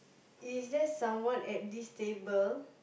is there someone at this table